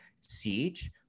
Siege